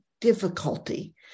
difficulty